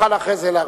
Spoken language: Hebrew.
תוכל אחרי זה להרחיב.